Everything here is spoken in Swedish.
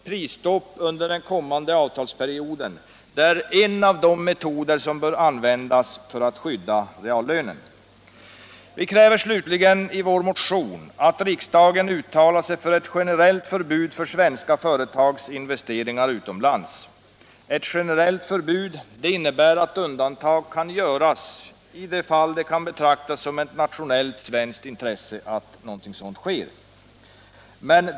Prisstopp under den kommande avtalsperioden är en av de metoder som borde användas för att skydda reallönerna. Vi kräver slutligen i motionen att riksdagen uttalar sig för ett generellt förbud mot svenska företagsinvesteringar utomlands. Ett generellt förbud innebär att undantag kan göras i de fall det kan betraktas som ett nationellt svenskt intresse att så sker.